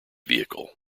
vehicle